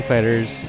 Fighters